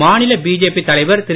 மாநிலபிஜேபிதலைவர்திரு